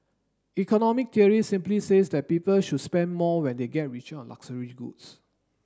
economic theory simply says that people should spend more when they get richer on luxury goods